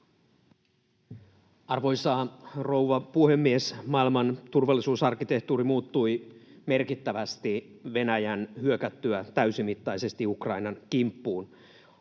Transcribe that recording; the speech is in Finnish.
Arvoisa rouva puhemies! Maailman turvallisuusarkkitehtuuri muuttui merkittävästi Venäjän hyökättyä täysimittaisesti Ukrainan kimppuun.